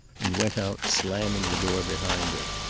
and went out, slamming the door behind her.